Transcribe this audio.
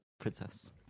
princess